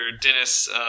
Dennis